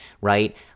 right